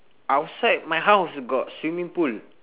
outside my house got swimming pool